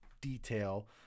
detail